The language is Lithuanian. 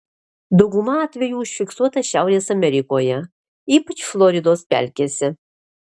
dauguma atvejų užfiksuota šiaurės amerikoje ypač floridos pelkėse